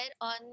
on